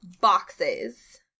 boxes